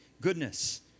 Goodness